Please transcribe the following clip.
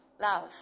love